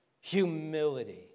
humility